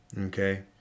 Okay